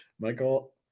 Michael